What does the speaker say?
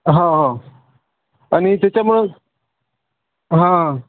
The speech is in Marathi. हा हं आणि त्याच्यामुळं हां